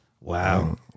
Wow